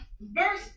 Verse